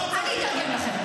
אני אתרגם לכם.